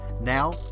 Now